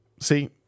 See